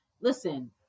Listen